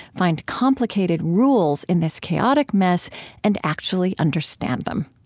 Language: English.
find complicated rules in this chaotic mess and actually understand them!